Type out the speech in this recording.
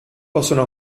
possono